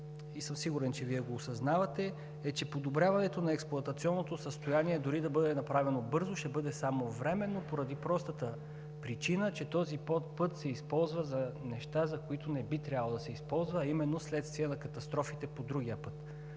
мен – сигурен съм, че Вие го осъзнавате, е, че подобряването на експлоатационното състояние – дори да бъде направено бързо, ще бъде само временно, поради простата причина, че този път се използва за неща, за които не би трябвало да се използва, а именно в следствие на катастрофите по другия път.